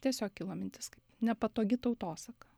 tiesiog kilo mintis kaip nepatogi tautosaka